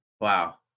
Wow